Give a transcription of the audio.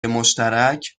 مشترک